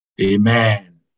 Amen